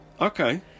Okay